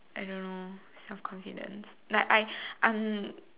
I don't know self confidence like I I'm